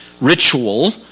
ritual